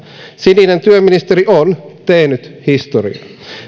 sininen työministeri on tehnyt historiaa